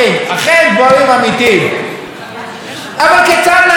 אבל כיצד ניתן להסביר שמצד אחד מדינת